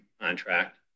contract